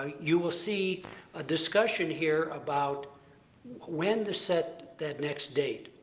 ah you will see a discussion here about when to set that next date,